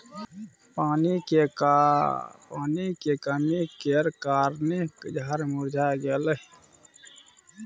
पानी के कमी केर कारणेँ झाड़ मुरझा गेलै